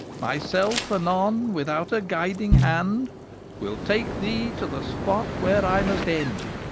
myself anon without a guiding hand will take thee to the spot where i must end.